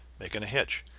making a hitch,